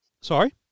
Sorry